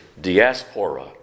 diaspora